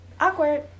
awkward